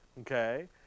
Okay